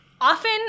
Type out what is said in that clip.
Often